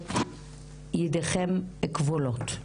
אומרת שידיכם כבולות.